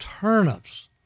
Turnips